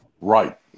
Right